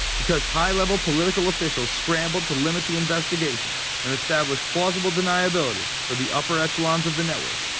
because high-level political officials scrambled to limit the investigation. and establish plausible deniability. for the upper echelons of the network,